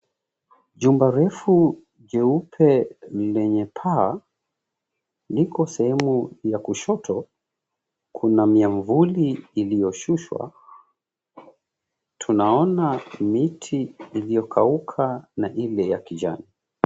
Jumba refu, jeupe ni lenye paa liko sehemu ya kushoto, kuna miavuli iliyoshushwa. Tunaona miti iliyokauka na ile ya kijani.